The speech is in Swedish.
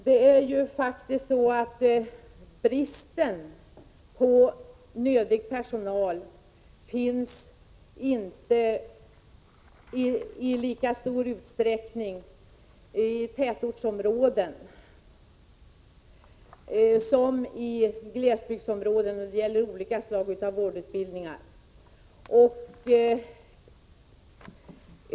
Det är faktiskt inte lika stor brist på erforderlig personal i tätortsområden som i glesbygdsområden — det gäller olika slag av vårdutbildningar.